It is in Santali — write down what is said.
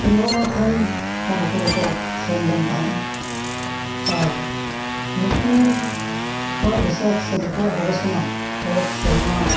ᱪᱚᱱᱫᱨᱚ ᱢᱟ ᱴᱷᱮᱱ ᱱᱩᱠᱩ ᱫᱚᱠᱚ ᱥᱮᱱ ᱞᱮᱫ ᱛᱟᱦᱮᱱᱟ ᱟᱨ ᱱᱩᱠᱩᱣᱟᱜ ᱨᱤᱥᱟᱨᱪ ᱥᱮ ᱱᱩᱠᱩ ᱠᱚᱣᱟᱜ ᱜᱚᱵᱮᱥᱚᱱᱟ ᱚᱛ ᱥᱮᱨᱢᱟ